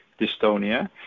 dystonia